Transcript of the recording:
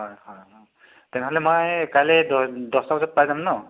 হয় হয় হয় অঁ তেনেহ'লে মই কাইলে দহ দহটা বজাত পাই যাম ন